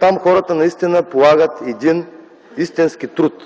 Там хората наистина полагат един истински труд,